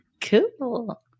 cool